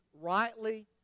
rightly